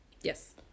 Yes